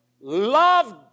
Love